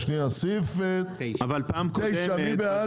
סעיף 9. מי בעד?